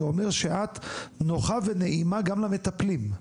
זה אומר שאת נוחה ונעימה גם למטפלים.